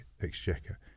Exchequer